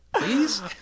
please